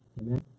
Amen